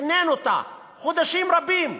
תכנן אותה חודשים רבים,